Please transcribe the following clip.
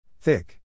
Thick